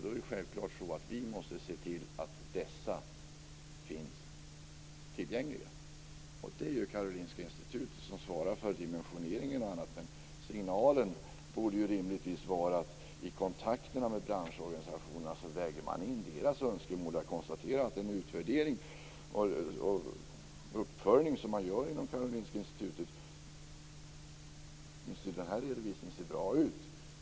Då är det självklart så att vi måste se till att dessa finns tillgängliga. Det är Karolinska Institutet som svarar för dimensioneringen. Signalen borde rimligtvis vara att man i kontakterna med branschorganisationerna väger in deras önskemål. Jag konstaterar att den utvärdering och uppföljning som man gör inom Karolinska Institutet, åtminstone i den här redovisningen, ser bra ut.